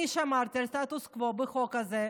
אני שמרתי על הסטטוס קוו בחוק הזה,